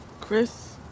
Chris